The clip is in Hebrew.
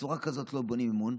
כזאת בטח לא בונים אמון.